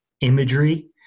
imagery